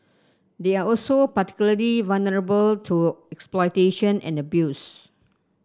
they are also particularly vulnerable to exploitation and abuse